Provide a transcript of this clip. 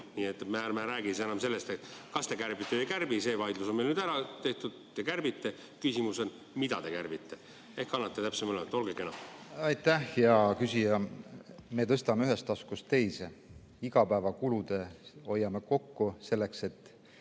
Nii et ärme räägime enam sellest, kas te kärbite või ei kärbi, see vaidlus on meil nüüd ära peetud. Te kärbite. Küsimus on, mida te kärbite. Ehk annate täpsema ülevaate, olge kena. Aitäh, hea küsija! Me tõstame ühest taskust teise. Igapäevakuludelt hoiame kokku, selleks et